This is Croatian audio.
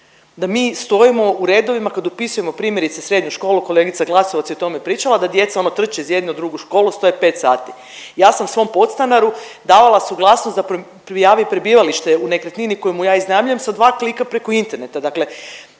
da mi stojimo u redovima kad upisujemo primjerice srednju školu, kolegica Glasovac je o tome pričala, da djeca ono trče ono iz jedne u drugu školu, stoje 5 sati. Ja sam svom podstanaru davala suglasnost da prijavi prebivalište u nekretnini koju mu ja iznajmljujem sa klika preko interneta.